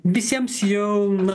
visiems jau na